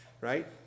right